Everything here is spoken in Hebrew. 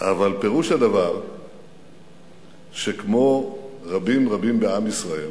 אבל פירוש הדבר שכמו רבים רבים בעם ישראל,